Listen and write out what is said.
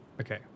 Okay